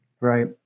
Right